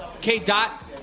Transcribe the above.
K-Dot